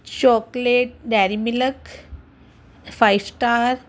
chocolate dairy milk five star